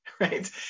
right